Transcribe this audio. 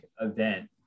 event